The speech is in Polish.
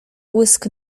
błysk